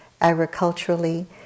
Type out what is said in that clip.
agriculturally